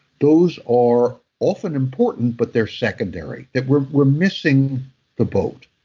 those are often important but they're secondary we're we're missing the boat.